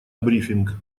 брифинг